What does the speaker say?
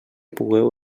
pugueu